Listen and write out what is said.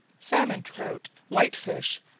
salmon-trout, white fish,